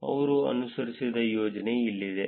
ಅವರು ಅನುಸರಿಸಿದ ಯೋಜನೆ ಇಲ್ಲಿದೆ